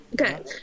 Okay